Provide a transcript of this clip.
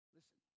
Listen